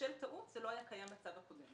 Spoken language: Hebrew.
ובשל טעות זה לא היה קיים בצו הקודם.